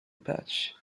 patch